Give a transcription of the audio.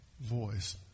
voice